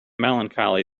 melancholy